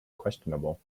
questionable